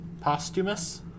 Posthumous